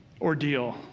ordeal